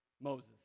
Moses